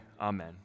amen